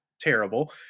terrible